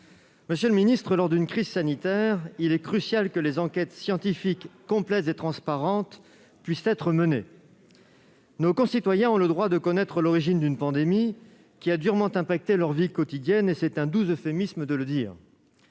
Monsieur le ministre, lors d'une crise sanitaire, il est crucial que des enquêtes scientifiques complètes et transparentes puissent être menées. Nos concitoyens ont le droit de connaître l'origine d'une pandémie qui a durement affecté leur vie quotidienne- c'est un doux euphémisme. En janvier